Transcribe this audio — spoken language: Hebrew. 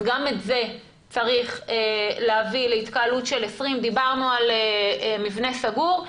גם את זה צריך להביא להתקהלות של 20. דיברנו על מבנה סגור,